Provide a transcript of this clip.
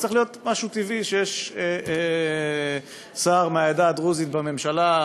זה צריך להיות משהו טבעי שיש שר מהעדה הדרוזית בממשלה.